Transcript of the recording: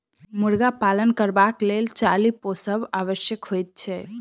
मुर्गा पालन करबाक लेल चाली पोसब आवश्यक होइत छै